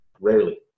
rarely